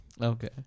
Okay